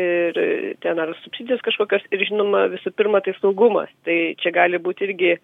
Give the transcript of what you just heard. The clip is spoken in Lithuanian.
ir ten ar subsidijos kažkokios ir žinoma visų pirma tai saugumas tai čia gali būti irgi